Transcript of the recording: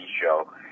show